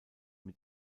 mit